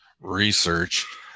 research